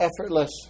effortless